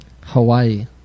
Hawaii